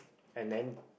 and then